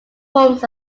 forms